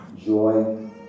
joy